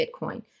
Bitcoin